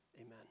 amen